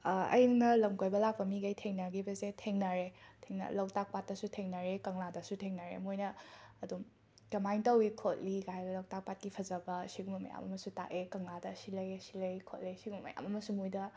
ꯑꯩꯅ ꯂꯝꯀꯣꯏꯕ ꯂꯥꯛꯄ ꯃꯤꯒꯩ ꯊꯦꯡꯅꯈꯤꯕꯁꯦ ꯊꯦꯡꯅꯔꯦ ꯊꯦꯡꯅ ꯂꯧꯇꯥꯛ ꯄꯥꯠꯇꯁꯨ ꯊꯦꯡꯅꯔꯦ ꯀꯪꯂꯥꯗꯁꯨ ꯊꯦꯡꯅꯔꯦ ꯃꯣꯏꯅ ꯑꯗꯨꯝ ꯀꯃꯥꯏ ꯇꯧꯏ ꯈꯣꯠꯂꯤ ꯒꯥꯏ ꯂꯧꯇꯥꯛ ꯄꯥꯠꯀꯤ ꯐꯖꯕ ꯁꯤꯒꯨꯝꯕ ꯃꯌꯥꯝ ꯑꯃꯁꯨ ꯇꯥꯛꯑꯦ ꯀꯪꯂꯥꯗ ꯁꯤ ꯂꯩꯌꯦ ꯁꯤ ꯂꯩ ꯈꯣꯠꯂꯦ ꯁꯤꯒꯨꯝꯕ ꯃꯌꯥꯝ ꯑꯃꯁꯨ ꯃꯣꯏꯗ